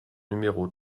numéro